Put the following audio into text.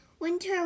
Winter